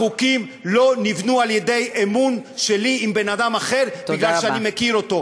החוקים לא נבנו על אמון שלי בבן-אדם אחד בגלל שאני מכיר אותו.